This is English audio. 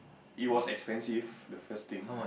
it was expensive the first thing